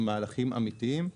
מהלכים אמיתיים,